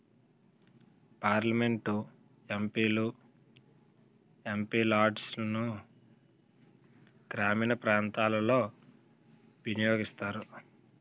parliament MP లు MP లాడ్సును గ్రామీణ ప్రాంతాలలో వినియోగిస్తారు